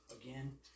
again